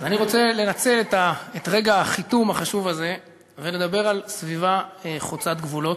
אני רוצה לנצל את רגע החיתום החשוב הזה ולדבר על סביבה חוצת-גבולות.